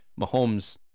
Mahomes